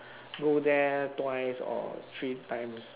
go there twice or three times